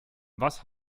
was